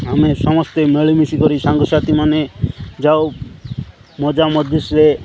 ଆମେ ସମସ୍ତେ ମିଳିମିଶି କରି ସାଙ୍ଗସାଥିମାନେ ଯାଉ ମଜାମଜଲିସ୍ରେ